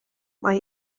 mae